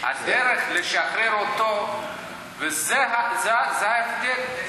הדרך לשחרר אותו, זה ההבדל.